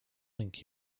link